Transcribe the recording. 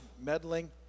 meddling